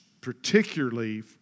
particularly